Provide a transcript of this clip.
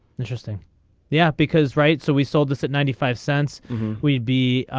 interesting yeah because right so we sold this at ninety five cents we'd be.